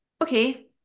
okay